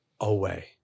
away